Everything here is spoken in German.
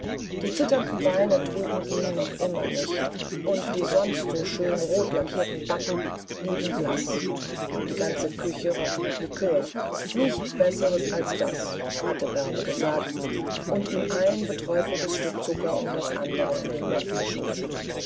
die zitternden beine trugen ihn noch immer nicht und die sonst so schön rot lackierten backen blieben blaß die ganze küche roch nach likör nichts besseres als das hatte bärbe gesagt und ihm ein beträufeltes stück zucker um das andere in den mund geschoben